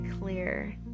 clear